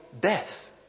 death